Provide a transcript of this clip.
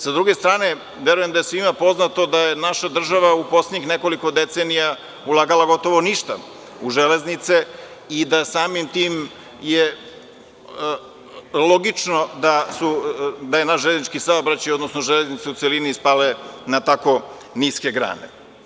Sa druge strane, verujem da je svima poznato da je naša država u poslednjih nekoliko decenija ulagala gotovo ništa u železnice i da samim tim je logično da je naš železnički saobraćaj, odnosno železnice u celini spale na tako niske grane.